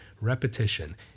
repetition